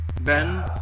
Ben